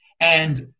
And-